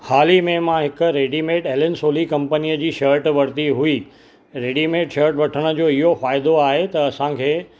हाली में मां हिकु रेडीमेड एलेन सॉली कंपनीअ जी शट वरती हुई रेडीमेड शट वठण जो इहो फ़ाइदो आहे त असांखे